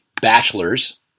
bachelors